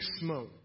smoke